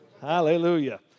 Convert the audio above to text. Hallelujah